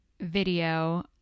video